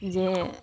ᱡᱮ ᱡᱮ